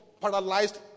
paralyzed